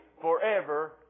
forever